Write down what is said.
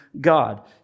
God